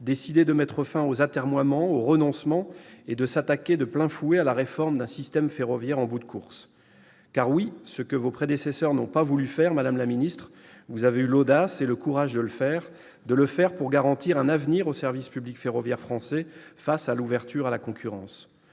décidait de mettre fin aux atermoiements, aux renoncements, et de s'attaquer frontalement à la réforme d'un système ferroviaire en bout de course. Oui, ce que vos prédécesseurs n'ont pas voulu faire, madame la ministre, vous avez eu l'audace et le courage de l'entreprendre, pour garantir un avenir au service public ferroviaire français face à l'ouverture à la concurrence.